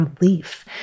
relief